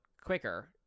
quicker